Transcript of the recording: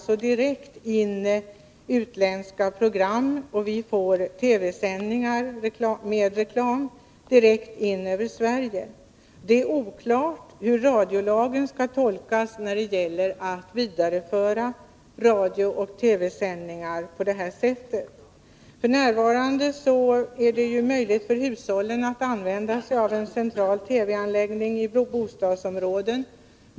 Vi får in utländska program och TV-sändningar med reklam direkt över Sverige. Och det är oklart hur radiolagen skall tolkas när det gäller att vidareföra radiooch TV-sändningar på det sättet. F. n. är det möjligt för hushållen att använda sig av en central TV-anläggning i bostadsområdena.